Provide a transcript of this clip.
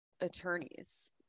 attorneys